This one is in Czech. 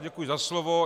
Děkuji za slovo.